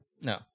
No